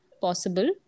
possible